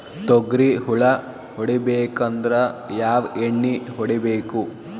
ತೊಗ್ರಿ ಹುಳ ಹೊಡಿಬೇಕಂದ್ರ ಯಾವ್ ಎಣ್ಣಿ ಹೊಡಿಬೇಕು?